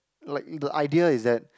like the idea is that